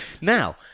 Now